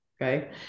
Okay